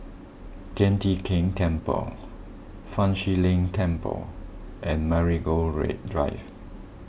Tian Teck Keng Temple Fa Shi Lin Temple and Marigold Drive